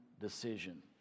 decision